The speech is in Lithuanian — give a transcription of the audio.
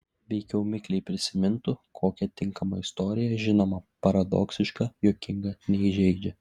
veikiau mikliai prisimintų kokią tinkamą istoriją žinoma paradoksišką juokingą neįžeidžią